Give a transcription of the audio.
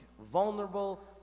vulnerable